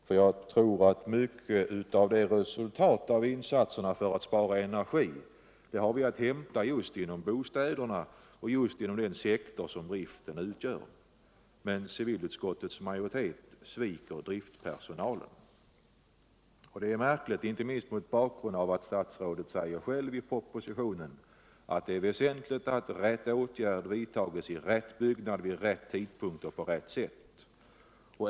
för jag tror att vi har mycket av resultatet av insatserna för att spara energi att hämta just inom bostäderna och just inom den sektor som driften utgör. Civilutskottets majoritet sviker driftpersonalen. Det är märkligt, inte minst mot bakgrund av att statsrådet själv säger i propositionen att det är väsentligt att rätta åtgärder vidtas i rätt byggnad vid rätt tidpunkt och på rätt sätt.